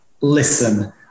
listen